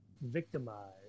Victimized